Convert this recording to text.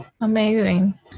Amazing